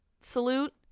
salute